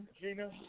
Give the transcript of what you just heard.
Gina